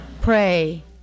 Pray